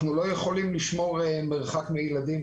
אנחנו לא יכולים לשמור מרחק מילדים,